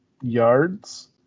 yards